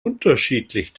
unterschiedlich